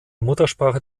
muttersprache